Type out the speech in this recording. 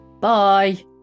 bye